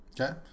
Okay